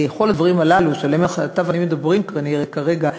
לכל הדברים הללו שעליהם אתה ואני מדברים כנראה כרגע,